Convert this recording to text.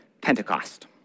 Pentecost